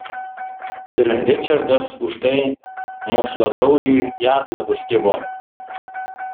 ir ričardas už tai moksladraugiui į atlapus kibo